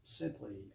simply